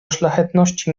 szlachetności